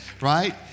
Right